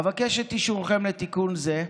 אבקש את אישורכם לתיקון זה.